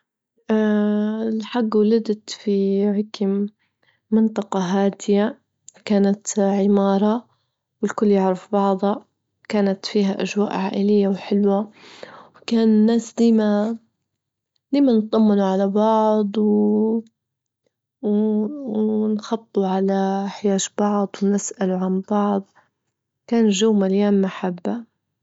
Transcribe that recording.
الحج ولدت في عكيم منطقة هادية، كانت عمارة والكل يعرف بعضها، كانت فيها أجواء عائلية وحلوة، وكان الناس ديما نبى نطمنوا على بعض، ونخبطوا على حياش بعض، ونسألوا عن بعض، كان جو مليان محبة.